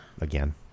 again